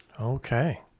Okay